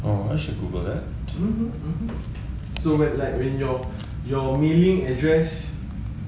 mm mm so like when your your mailing address you put for that